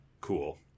Cool